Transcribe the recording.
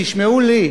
תשמעו לי,